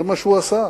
זה מה שהוא עשה.